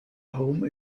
home